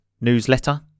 newsletter